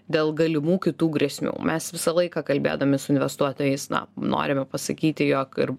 dėl galimų kitų grėsmių mes visą laiką kalbėdami su investuotojais na norime pasakyti jog ir